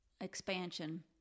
expansion